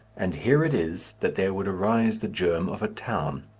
and here it is that there would arise the germ of a town.